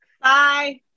Bye